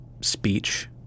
Speech